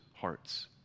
hearts